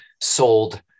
sold